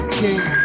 king